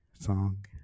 song